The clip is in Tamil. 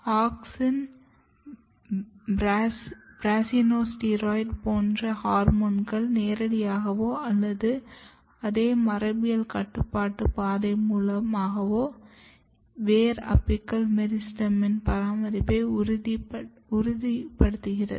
ஆக்ஸின் ப்ரஸ்ஸினோஸ்டீராய்ட் போன்ற ஹோர்மோன்கள் நேரடியாகவோ அல்லது அதே மரபியல் கட்டுப்பாட்டு பாதை மூலமாகவோ வேர் அபிக்கல் மெரிஸ்டெமின் பராமரிப்பை உறுதிப்படுத்துகிறது